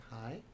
hi